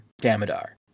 Damodar